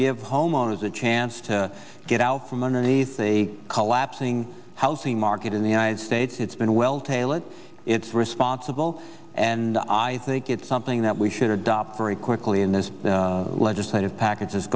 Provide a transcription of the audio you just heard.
give homeowners a chance to get out from underneath the collapsing housing market in the united states it's been well talent it's responsible and i think it's something that we should adopt very quickly in this legislative package